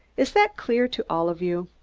is that clear to all of you?